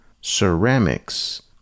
ceramics